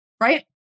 right